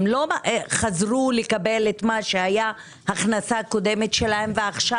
הם לא חזרו לקבל את מה שהייתה ההכנסה הקודמת שלהם ועכשיו